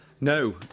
No